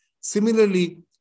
Similarly